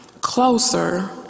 closer